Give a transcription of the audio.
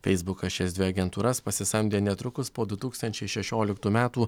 feisbukas šias dvi agentūras pasisamdė netrukus po du tūkstančiai šešioliktų metų